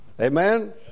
Amen